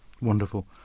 Wonderful